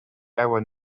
era